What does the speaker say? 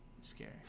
scary